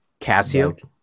Casio